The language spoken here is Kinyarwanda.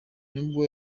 nubwo